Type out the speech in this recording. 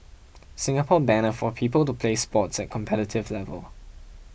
Singapore banner for people to play sports at competitive level